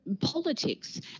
politics